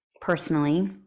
personally